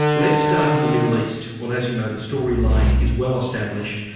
let's start in the middle east. well as you know the storyline is well established.